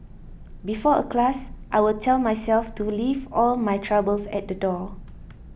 before a class I will tell myself to leave all my troubles at the door